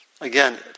again